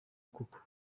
koko